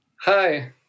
Hi